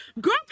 girl